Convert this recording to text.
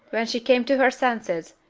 when she came to her senses,